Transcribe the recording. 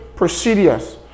Procedures